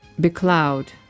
becloud